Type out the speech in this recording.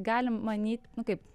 galim manyt kaip